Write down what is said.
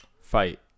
fight